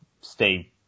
stay –